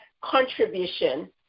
contribution